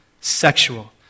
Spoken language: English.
sexual